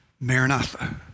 Maranatha